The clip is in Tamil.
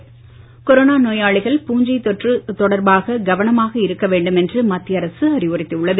பூஞ்சைதொற்று கொரோனா நோயாளிகள் பூஞ்சை தொற்று தொடர்பாக கவனமாக இருக்க வேண்டும் என்று மத்திய அரசு அறிவுறுத்தி உள்ளது